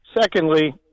Secondly